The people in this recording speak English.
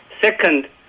Second